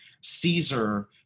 Caesar